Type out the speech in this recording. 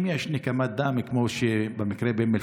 אם יש נקמת דם כמו במקרה באום אל-פחם,